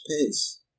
pace